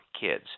kids